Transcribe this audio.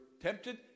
tempted